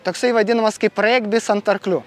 toksai vadinamas kaip regbis ant arklių